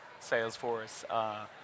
Salesforce